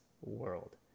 world